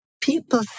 people